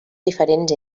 diferents